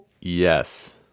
yes